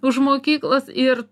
už mokyklos ir